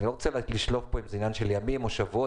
אני לא רוצה לומר פה אם זה עניין של ימים או שבועות,